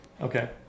Okay